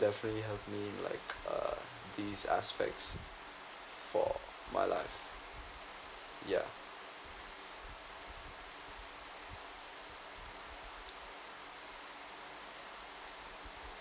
definitely helped me in like uh these aspects for my life ya